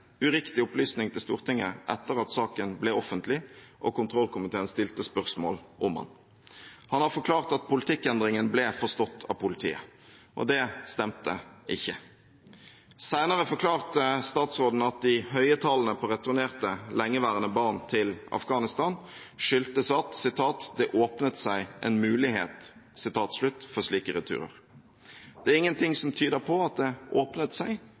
uriktig opplysning til Stortinget etter at saken ble offentlig og kontrollkomiteen stilte spørsmål om den. Han har forklart at politikkendringen ble forstått av politiet, men det stemte ikke. Senere forklarte statsråden at de høye tallene på returnerte lengeværende barn til Afghanistan skyldtes at «det åpnet seg en mulighet» for slike returer. Det er ingenting som tyder på at «det åpnet seg»